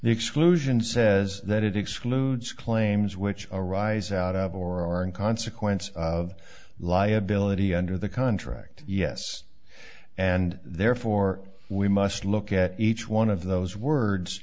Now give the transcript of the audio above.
the exclusion says that it excludes claims which arise out of or in consequence of liability under the contract yes and therefore we must look at each one of those words